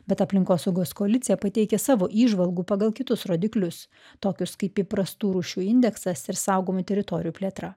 bet aplinkosaugos koalicija pateikė savo įžvalgų pagal kitus rodiklius tokius kaip įprastų rūšių indeksas ir saugomų teritorijų plėtra